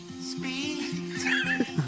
Speed